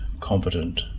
competent